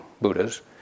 Buddhas